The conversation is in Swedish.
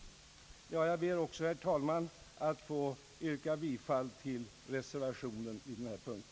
Jag ber, herr talman, att få yrka bifall till reservationen vid denna punkt.